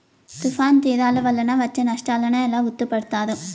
తుఫాను తీరాలు వలన వచ్చే నష్టాలను ఎలా గుర్తుపడతారు?